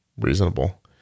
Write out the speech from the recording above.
reasonable